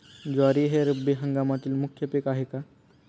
ज्वारी हे रब्बी हंगामातील मुख्य पीक आहे का?